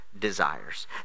desires